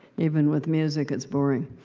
even with music, it's boring.